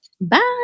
bye